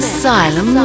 Asylum